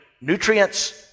nutrients